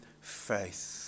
faith